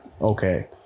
okay